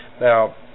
Now